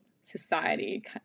society